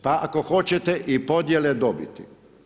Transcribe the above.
Pa ako hoćete i podjele dobiti.